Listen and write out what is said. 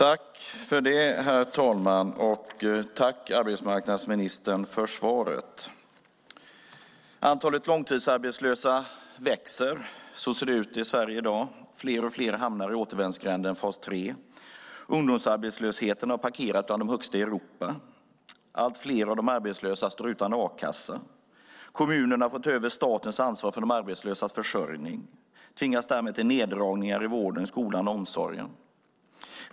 Herr talman! Tack för svaret, arbetsmarknadsministern! Antalet långtidsarbetslösa växer. Så ser det ut i Sverige i dag. Fler och fler hamnar i återvändsgränden fas 3. Ungdomsarbetslösheten har parkerat bland de högsta i Europa. Allt fler av de arbetslösa står utan a-kassa. Kommunerna får ta över statens ansvar för de arbetslösas försörjning. De tvingas därmed till neddragningar i vården, skolan och omsorgen.